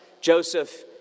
Joseph